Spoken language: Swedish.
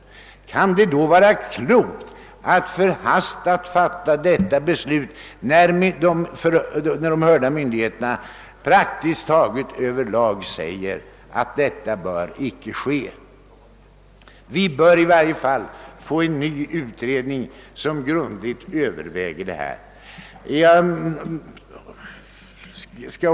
Innan vi fattar beslut bör vi enligt min uppfattning i varje fall få en ny utredning som grundligt överväger dessa förhållanden.